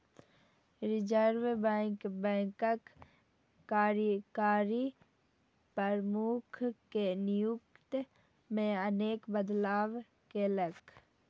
reserve Bank बैंकक कार्यकारी प्रमुख के नियुक्ति मे अनेक बदलाव केलकै